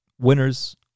winners